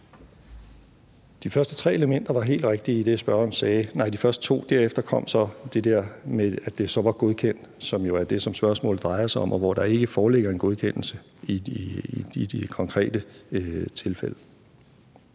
De første to elementer i det, spørgeren sagde, var helt rigtige. Derefter kom så det der med, at det var godkendt, hvilket jo er det, som spørgsmålet drejer sig om. Men der forelå ikke en godkendelse i de konkrete tilfælde.